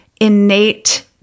innate